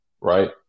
Right